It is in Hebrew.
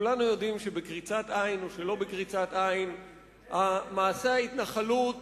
כולנו יודעים שבקריצת עין או שלא בקריצת עין מעשה ההתנחלות